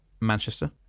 Manchester